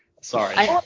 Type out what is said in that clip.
Sorry